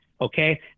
okay